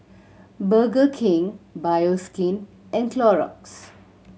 Burger King Bioskin and Clorox